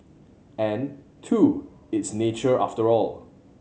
and two it's nature after all